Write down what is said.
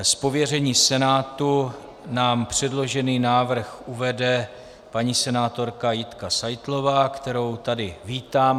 Z pověření Senátu nám předložený návrh uvede paní senátorka Jitka Seitlová, kterou tady vítám.